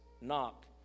knock